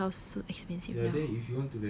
like why is house so expensive now